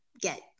get